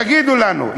תגידו לנו.